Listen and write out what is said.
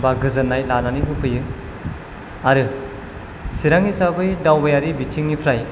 बा गोजोननाय लानानै होफैयो आरो चिरांनि जा बै दावबायारि बिथिंनिफ्राय